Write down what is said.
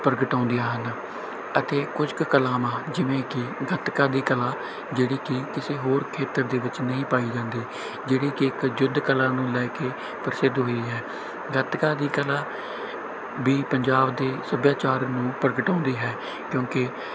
ਪ੍ਰਗਟਾਉਂਦੀਆਂ ਹਨ ਅਤੇ ਕੁਝ ਕੁ ਕਲਾਵਾਂ ਜਿਵੇਂ ਕਿ ਗੱਤਕਾ ਦੀ ਕਲਾ ਜਿਹੜੀ ਕਿ ਕਿਸੇ ਹੋਰ ਖੇਤਰ ਦੇ ਵਿੱਚ ਨਹੀਂ ਪਾਈ ਜਾਂਦੀ ਜਿਹੜੀ ਕਿ ਇੱਕ ਯੁੱਧ ਕਲਾ ਨੂੰ ਲੈ ਕੇ ਪ੍ਰਸਿੱਧ ਹੋਈ ਹੈ ਗੱਤਕਾ ਦੀ ਕਲਾ ਵੀ ਪੰਜਾਬ ਦੇ ਸੱਭਿਆਚਾਰ ਨੂੰ ਪ੍ਰਗਟਾਉਂਦੀ ਹੈ ਕਿਉਂਕਿ